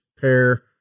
pair